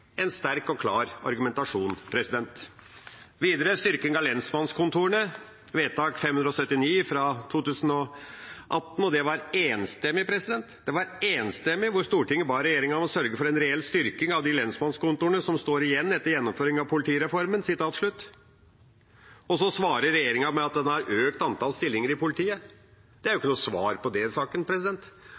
en sterk og klar argumentasjon. Videre når det gjelder styrking av lensmannskontorene, vedtak nr. 579 fra 2018 – det var enstemmig: «Stortinget ber regjeringen sørge for en reell styrking av de lensmannskontorene som står igjen etter gjennomføringen av politireformen.» Og så svarer regjeringa med at en har økt antall stillinger i politiet. Det er jo ikke noe svar på det.